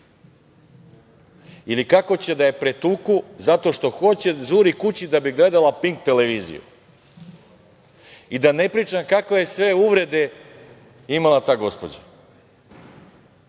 ili kako će da je pretuku zato što hoće da žuri kući da bi gledala „Pink“ televiziju. Da ne pričam kakve sve uvrede imala ta gospođa.